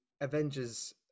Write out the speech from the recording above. Avengers